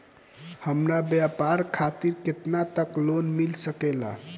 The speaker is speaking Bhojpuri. हमरा व्यापार खातिर केतना तक लोन मिल सकेला?